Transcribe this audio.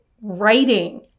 writing